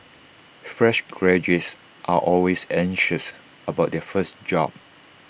fresh graduates are always anxious about their first job